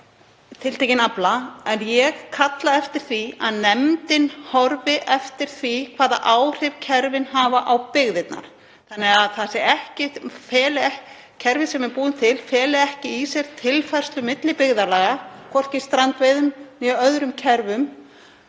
tiltekinn afla, en ég kalla eftir því að nefndin horfi á hvaða áhrif kerfin hafa á byggðirnar þannig að kerfið sem við búum til feli ekki í sér tilfærslur milli byggðarlaga, hvorki á strandveiðum né öðrum aðgerðum